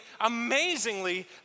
amazingly